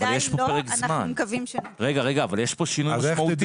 אבל יש פה פרק זמן, יש פה שינוי משמעותי.